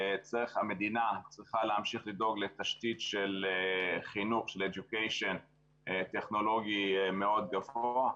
המדינה צריכה להמשיך לדאוג לתשתית של חינוך טכנולוגי מאוד גבוה.